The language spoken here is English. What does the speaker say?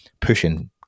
pushing